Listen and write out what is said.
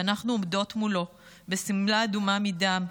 ואנחנו עומדות מולו בשמלה אדומה מדם,